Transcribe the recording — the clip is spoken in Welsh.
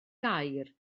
gair